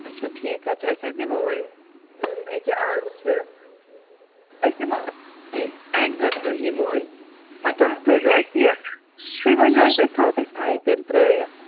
اَچھا ٹھیٖک حظ چھُ أسۍ حظ یِمو وۄنۍ ییٚکیٛاہ آز چھِ أسۍ یِمو اَکہِ دۄیہِ دۄہہِ یِمو أسۍ تھٲیزیو اَسہِ یہِ تُہۍ ؤنۍزیو اَسہِ أسۍ تھاوَو تۄہہِ سَے تیٚلہِ ترٛٲوِتھ